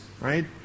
right